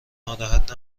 ناراحت